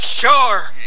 sure